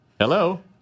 Hello